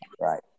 Right